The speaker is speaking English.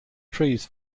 trees